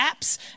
apps